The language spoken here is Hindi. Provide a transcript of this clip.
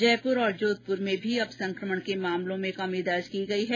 जयपुर तथा जोधपुर में भी अब संकमण के मामलों में कमी दर्ज की गयी है